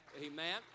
Amen